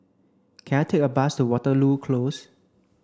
can I take a bus to Waterloo Close